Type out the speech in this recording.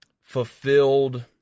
fulfilled